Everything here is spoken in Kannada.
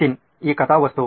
ನಿತಿನ್ ಈ ಕಥಾವಸ್ತು